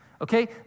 Okay